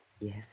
Yes